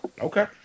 Okay